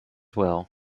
will